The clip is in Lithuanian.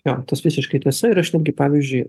jo tas visiškai tiesa ir aš netgi pavyzdžiui